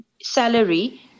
salary